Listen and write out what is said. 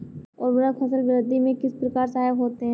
उर्वरक फसल वृद्धि में किस प्रकार सहायक होते हैं?